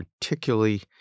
particularly